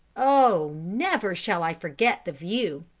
oh! never shall i forget the view!